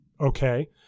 okay